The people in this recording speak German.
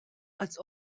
als